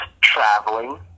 traveling